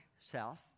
South